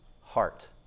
heart